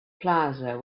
plaza